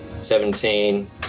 seventeen